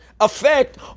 effect